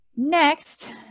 next